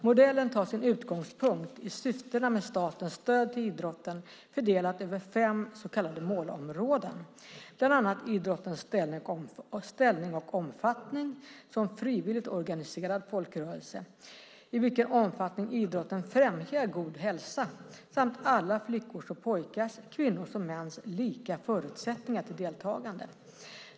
Modellen tar sin utgångspunkt i syftena med statens stöd till idrotten fördelat över fem så kallade målområden, bland annat idrottens ställning och omfattning som frivilligt organiserad folkrörelse, i vilken omfattning idrotten främjar god hälsa samt alla flickors och pojkars, kvinnors och mäns lika förutsättningar till deltagande.